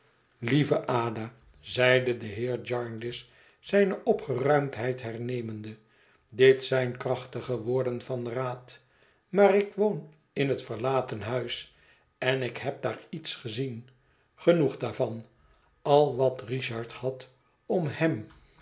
lieve ada zeide de heer jarndyce zijne opgeruimdheid hernemende dit zijn krachtige woorden van raad maar ik woon in het verlaten huis en ik heb daar iets gezien genoeg daarvan al wat richard had om hem